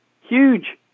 huge